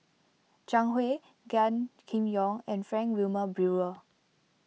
Zhang Hui Gan Kim Yong and Frank Wilmin Brewer